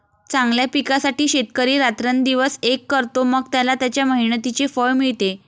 चांगल्या पिकासाठी शेतकरी रात्रंदिवस एक करतो, मग त्याला त्याच्या मेहनतीचे फळ मिळते